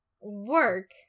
work